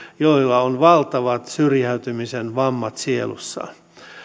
jolla on valtavat syrjäytymisen vammat sielussaan